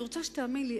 אני רוצה שתאמין לי,